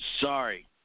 Sorry